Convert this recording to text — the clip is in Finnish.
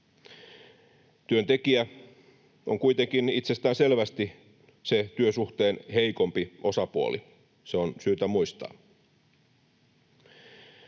Työntekijä on kuitenkin itsestäänselvästi se työsuhteen heikompi osapuoli. Se on syytä muistaa.